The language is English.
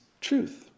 truth